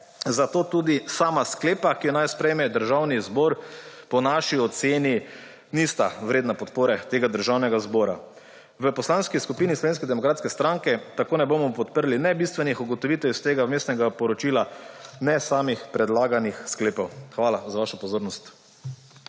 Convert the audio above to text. Zato tudi sama sklepa, ki ju naj sprejme Državni zbor, po naši oceni nista vredna podpore tega državnega zbora. V Poslanski skupini Slovenske demokratske stranke tako ne bomo podprli ne bistvenih ugotovitev iz tega Vmesnega poročila ne samih predlaganih sklepov. Hvala za vašo pozornost.